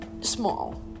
small